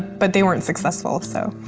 but they weren't successful, so,